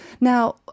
Now